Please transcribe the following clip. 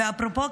זה אפרופו,